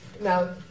Now